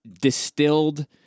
distilled